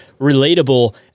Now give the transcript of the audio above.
relatable